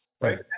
Right